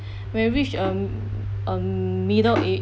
when you reach um um middle age